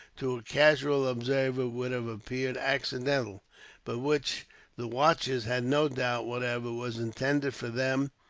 to a casual observer, would have appeared accidental but which the watchers had no doubt, whatever, was intended for them.